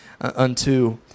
unto